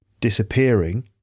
disappearing